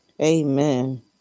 Amen